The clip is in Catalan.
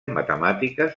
matemàtiques